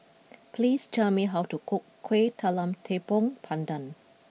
please tell me how to cook Kueh Talam Tepong Pandan